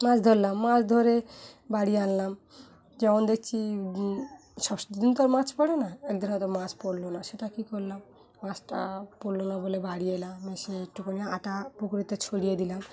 মাছ ধরলাম মাছ ধরে বাড়িয়ে আনলাম যেমন দেখছি সব দিন তো আর মাছ পড়ে না একদিন হয়তো মাছ পড়লো না সেটা কী করলাম মাছটা পরলো না বলে বাড়ি এলাম এসে একটুকুনি আটা পুকুরতে ছড়িয়ে দিলাম